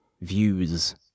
views